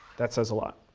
that says a lot.